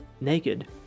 Naked